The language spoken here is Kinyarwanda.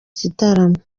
gitaramo